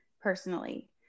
personally